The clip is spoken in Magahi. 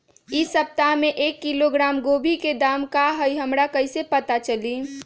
इ सप्ताह में एक किलोग्राम गोभी के दाम का हई हमरा कईसे पता चली?